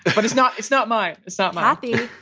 but it's not it's not my it's not my copy,